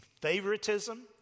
favoritism